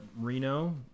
Reno